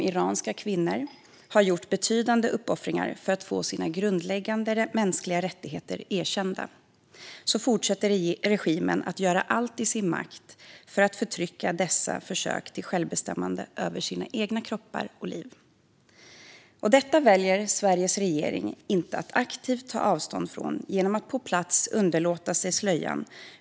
Iranska kvinnor har gjort betydande uppoffringar för att få sina grundläggande mänskliga rättigheter erkända medan regimen fortsätter att göra allt i sin makt för att förtrycka deras försök till självbestämmande över sina egna kroppar och liv. Detta väljer Sveriges regering inte att aktivt ta avstånd från genom att på plats vägra underkasta sig slöjan.